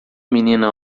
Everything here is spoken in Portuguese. menina